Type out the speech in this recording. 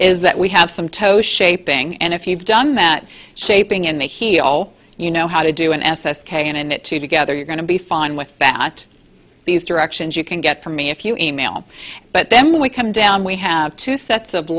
is that we have some toes shaping and if you've done that shaping in the heel you know how to do an s s k in it two together you're going to be fine with that these directions you can get for me if you email but then when we come down we have two sets of